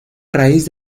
raíz